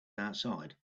outside